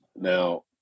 Now